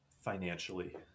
Financially